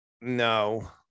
No